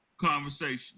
conversation